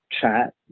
chat